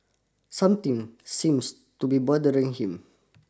something seems to be bothering him